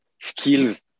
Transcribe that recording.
skills